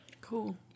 Cool